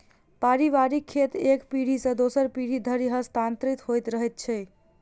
पारिवारिक खेत एक पीढ़ी सॅ दोसर पीढ़ी धरि हस्तांतरित होइत रहैत छै